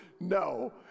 no